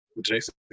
Jason